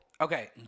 Okay